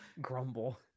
Grumble